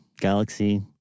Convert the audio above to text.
galaxy